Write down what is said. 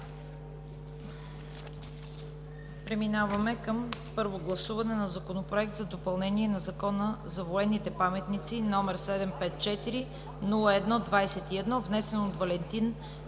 Преминаваме към първо гласуване на Законопроект за допълнение на Закона за военните паметници, № 754-01-21, внесен от Валентин Кирилов